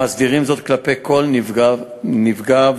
המסדירים זאת כלפי כל נפגע ונפקע.